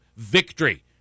Victory